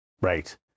right